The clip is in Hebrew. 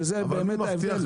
שזה באמת ההבדל?